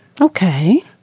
Okay